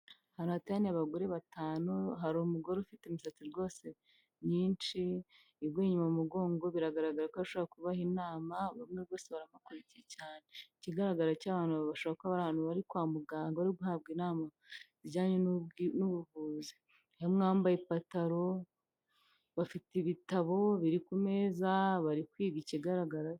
Ahantu haritene abagore batanu hari umugore ufite imisatsi rwose myinshi iguye mu mugongo biragaragara ko ashobora kubaha inama bamwe bosekora ikigaragara ko bashaka bari kwa muganga uri guhabwa inama zijyanye n'ubuvuzi iyo mwambaye ipantaro bafite ibitabo biri ku meza bari kwiga ikigaragara.